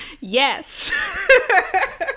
Yes